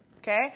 Okay